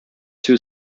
two